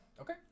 Okay